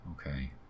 Okay